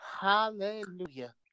Hallelujah